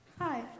Hi